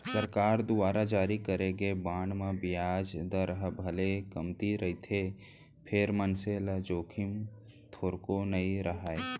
सरकार दुवार जारी करे गे बांड म बियाज दर ह भले कमती रहिथे फेर मनसे ल जोखिम थोरको नइ राहय